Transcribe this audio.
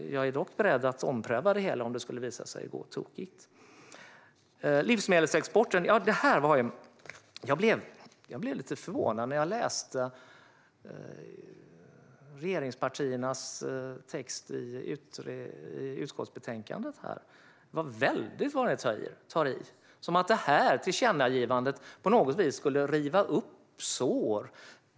Jag är dock beredd att ompröva det hela om det skulle visa sig gå tokigt. Vad gäller livsmedelsexporten blev jag lite förvånad när jag läste regeringspartiernas text i utskottsbetänkandet. Det var väldigt vad ni tar i, som att det här tillkännagivandet på något vis skulle riva upp sår.